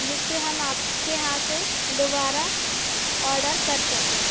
जिससे हम आपके यहाँ से दोबारा ऑडर कर सकें